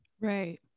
Right